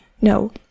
No